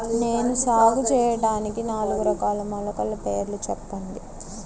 నేను సాగు చేయటానికి నాలుగు రకాల మొలకల పేర్లు చెప్పండి?